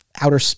outer